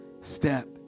step